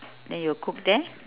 then you will cook there